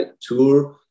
tour